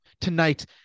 Tonight